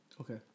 Okay